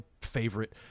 favorite